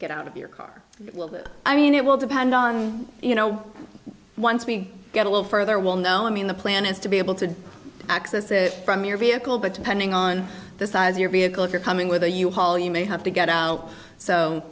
get out of your car i mean it will depend on you know once we get a little further we'll know i mean the plan is to be able to access it from your vehicle but pending on the size of your vehicle if you're coming with a u haul you may have to get out so